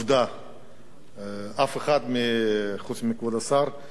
אף אחד, חוץ מכבוד השר, מחברי הקואליציה,